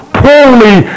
poorly